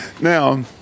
Now